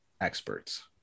experts